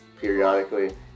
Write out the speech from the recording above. periodically